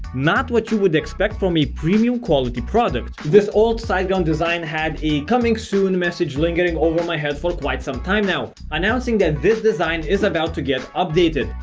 not what you would expect from a premium quality product. this old siteground design had a coming soon message lingering over my head for quite some time now, announcing that this design is about to get updated.